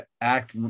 act